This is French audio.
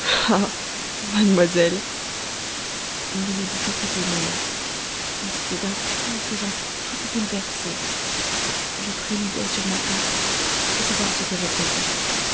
mademoiselle il ne me dit que ces deux mots-là mais c'était d'un ton que j'en fus toute bouleversée je préludais sur ma harpe sans savoir ce que je faisais